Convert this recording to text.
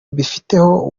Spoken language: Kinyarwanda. mbifiteho